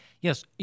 yes